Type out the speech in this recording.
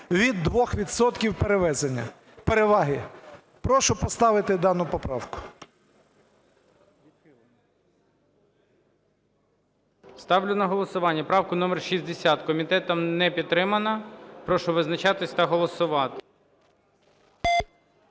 відсотків перевезення, переваги. Прошу поставити дану поправку. ГОЛОВУЮЧИЙ. Ставлю на голосування правку номер 60. Комітетом не підтримана. Прошу визначатись та голосувати.